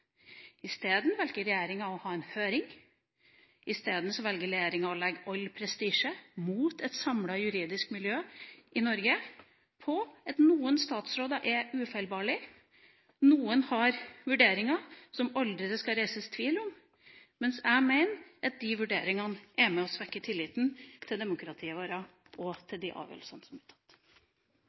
stedet velger regjeringa å ha en høring, i stedet velger regjeringa å legge all prestisje – mot et samlet juridisk miljø i Norge – i at noen statsråder er ufeilbarlige, at noen har vurderinger som det aldri skal reises tvil om. Men jeg mener at de vurderingene er med på å svekke tilliten til demokratiet vårt og til de avgjørelsene som er tatt.